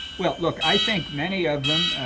well, look, i think many of them,